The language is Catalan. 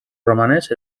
romanès